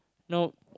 no